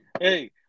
hey